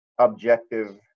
objective